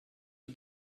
you